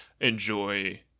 enjoy